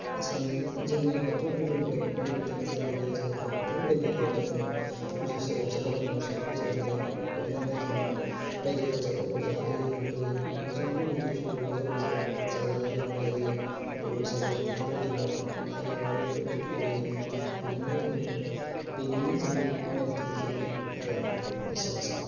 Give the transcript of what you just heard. आसामनि जोंनि बाथौ धोरोम बा बोलि बिदाना जाहैबाय जोंना ओंखाम गोरलैयाव जोङो फुजासोराव आघन मासआव फुजा होयो बेजोंनो जोङो राइजो राजाफोरखौ जाहोयो लोंहोयो बयजोंबो मिलि जुलि रंजा बाजा जालायो लोंलायो आरो बैसागु बोथोराव जोङो हारिमुआरि फोरबो फालियो बिनिनो जोङो बेनिनो जोंनि मेन थांखिया आरो एसेनोसै